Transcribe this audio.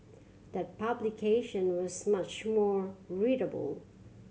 that publication was much more readable